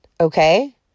Okay